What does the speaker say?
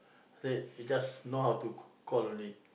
say you just know how to c~ call only